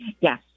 yes